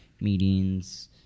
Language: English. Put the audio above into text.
meetings